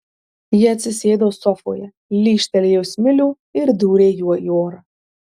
ji atsisėdo sofoje lyžtelėjo smilių ir dūrė juo į orą